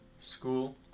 school